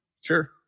Sure